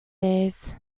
days